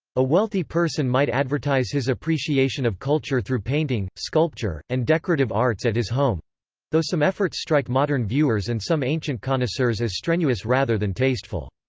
a wealthy person might advertise his appreciation of culture through painting, sculpture, and decorative arts at his home though some efforts strike modern viewers and some ancient connoisseurs as strenuous rather than tasteful.